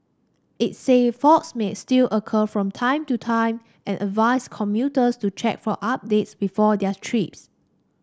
it said faults may still occur from time to time and advised commuters to check for updates before their trips